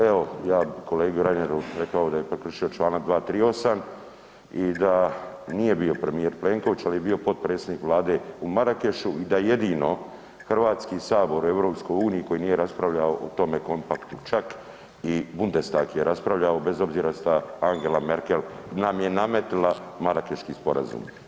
Evo ja bi kolegi Reineru rekao je prekršio čl. 238. i da nije bio premijer Plenković, ali je bio potpredsjednik Vlade u Marakešu i da jedino HS u EU koji nije raspravljao o tome kompaktu, čak i Bundestag je raspravljao bez obzira što Angela Merkel nam je nametnula Marakeški sporazum.